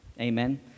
Amen